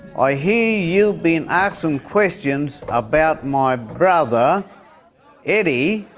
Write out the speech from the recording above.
i hear you've been asking questions about my brother eddie,